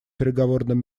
переговорным